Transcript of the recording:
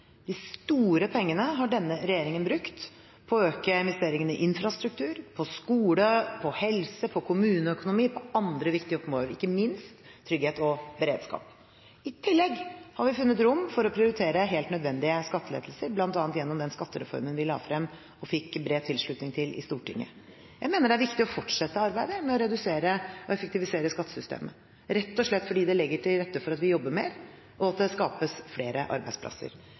De store pengene har denne regjeringen brukt på å øke investeringene i infrastruktur, på skole, på helse, på kommuneøkonomi og andre viktige områder, ikke minst trygghet og beredskap. I tillegg har vi funnet rom for å prioritere helt nødvendige skattelettelser, bl.a. gjennom den skattereformen vi la frem og fikk bred tilslutning til i Stortinget. Jeg mener det er viktig å fortsette arbeidet med å redusere og effektivisere skattesystemet – rett og slett fordi det legger til rette for at vi jobber mer, og at det skapes flere arbeidsplasser.